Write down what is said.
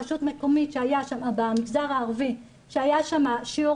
רשות מקומית במגזר הערבי שהיה שם שיעור